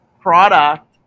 product